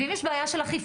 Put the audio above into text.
אם יש בעיה של אכיפה,